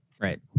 right